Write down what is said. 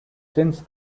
since